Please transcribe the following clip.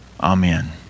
Amen